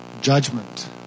judgment